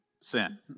sin